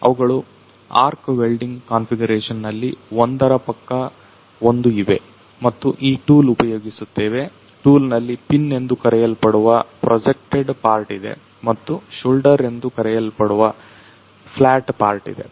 ಅವುಗಳು arc welding configuration ನಲ್ಲಿ ಒಂದರ ಪಕ್ಕ ಒಂದು ಇವೆ ಮತ್ತು ಈ ಟೂಲ್ ಉಪಯೋಗಿಸುತ್ತೇವೆ ಟೂಲ್ ನಲ್ಲಿ ಪಿನ್ ಎಂದು ಕರೆಯಲ್ಪಡುವ ಪ್ರೋಜೆಕ್ಟೆಡ್ ಪಾರ್ಟ್ ಇದೆ ಮತ್ತು ಶೋಲ್ಡರ್ ಎಂದು ಕರೆಯಲ್ಪಡುವ ಫ್ಲಾಟ್ ಪಾರ್ಟ್ ಇದೆ